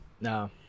No